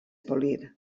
polir